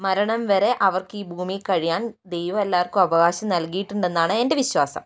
മരണം വരെ അവർക്ക് ഈ ഭൂമിയിൽ കഴിയാൻ ദൈവം എല്ലാവർക്കും അവകാശം നൽകിയിട്ടുണ്ടെന്നാണ് എൻ്റെ വിശ്വാസം